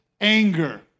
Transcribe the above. anger